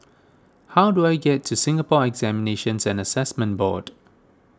how do I get to Singapore Examinations and Assessment Board